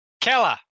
Kella